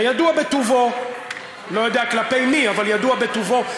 הידוע בטובו, לא יודע כלפי מי, אבל ידוע בטובו.